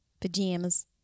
Pajamas